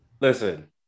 Listen